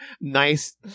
Nice